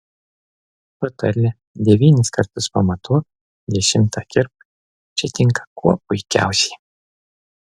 patarlė devynis kartus pamatuok dešimtą kirpk čia tinka kuo puikiausiai